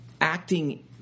acting